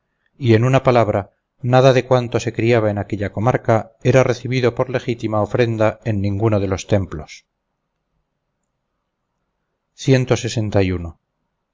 y en una palabra nada de cuanto se criaba en aquella comarca era recibido por legítima ofrenda en ninguno de los templos mázares después que le